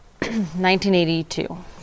1982